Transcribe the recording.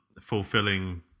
fulfilling